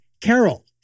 Carol